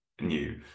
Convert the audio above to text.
new